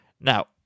now